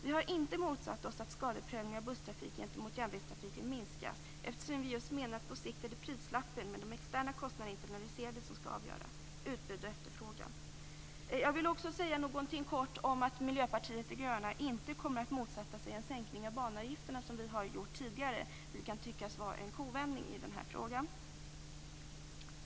Vi har inte motsatt oss att skadeprövning av busstrafik gentemot järnvägstrafik minskas, eftersom vi menar att det på sikt är prislappen, med de externa kostnaderna internaliserade, som skall avgöra utbud och efterfrågan. Jag vill också nämna att Miljöpartiet de gröna inte kommer att motsätta sig en sänkning av banavgifterna, vilket vi har gjort tidigare. Detta kan tyckas vara en kovändning i den här frågan.